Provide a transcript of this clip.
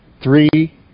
Three